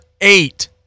eight